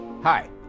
hi